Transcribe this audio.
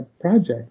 project